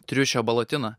triušio balotiną